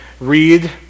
read